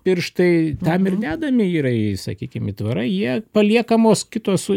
pirštai tam ir dedami yra į sakykim įtvarai jie paliekamos kitos